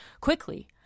Quickly